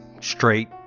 straight